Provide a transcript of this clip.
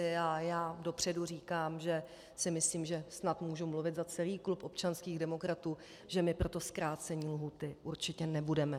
A já dopředu říkám, že si myslím snad můžu mluvit za celý klub občanských demokratů že my pro to zkrácení lhůty určitě nebudeme.